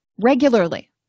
regularly